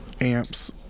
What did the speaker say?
amps